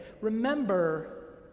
Remember